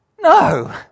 no